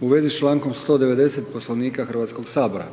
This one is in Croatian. RH i čl. 172. Poslovnika Hrvatskog sabora.